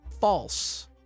false